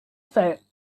set